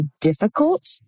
difficult